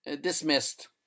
Dismissed